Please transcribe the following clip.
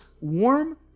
warm